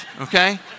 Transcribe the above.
okay